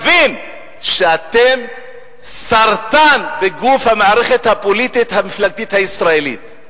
ויבין שאתם סרטן בגוף המערכת הפוליטית המפלגתית הישראלית.